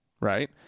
Right